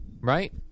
right